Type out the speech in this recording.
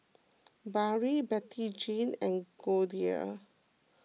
Barry Bettyjane and Goldia